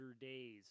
days